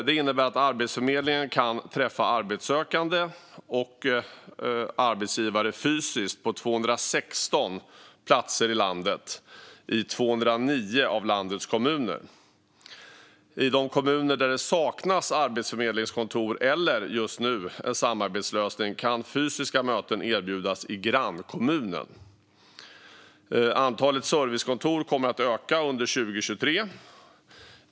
Det innebär att Arbetsförmedlingen kan träffa arbetssökande och arbetsgivare fysiskt på 216 platser i landet i 209 av landets kommuner. I de kommuner där det saknas arbetsförmedlingskontor eller samarbetslösning kan fysiska möten erbjudas i grannkommunen. Antalet servicekontor kommer att öka under 2023.